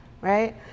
right